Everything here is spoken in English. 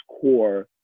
core